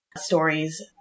stories